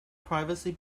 privacy